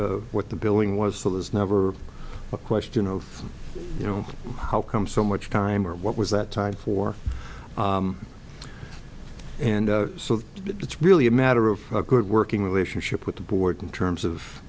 what the billing was so this never a question of you know how come so much time or what was that time for and so it's really a matter of a good working relationship with the board in terms of